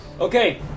Okay